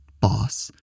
boss